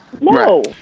no